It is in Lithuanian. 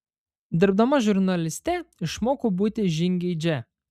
dirbdama žurnaliste išmokau būti žingeidžia